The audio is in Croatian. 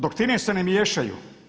Doktrine se ne miješaju.